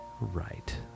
Right